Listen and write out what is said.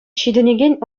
ҫитӗнекен